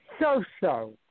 So-so